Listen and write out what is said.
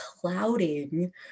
clouding